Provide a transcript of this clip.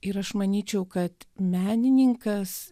ir aš manyčiau kad menininkas